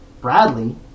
Bradley